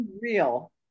real